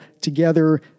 together